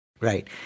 right